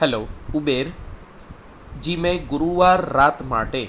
hello Uber ji મેં ગુરુવાર રાત માટે